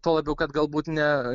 tuo labiau kad galbūt ne